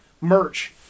merch